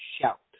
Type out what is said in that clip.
shout